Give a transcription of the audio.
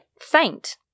faint